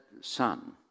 son